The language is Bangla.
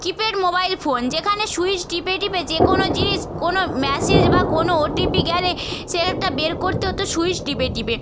কিপ্যাড মোবাইল ফোন যেখানে সুইচ টিপে টিপে যে কোনো জিনিস কোনো মেসেজ বা কোনো ওটিপি গেলে সে বের করতে হতো সুইচ টিপে টিপে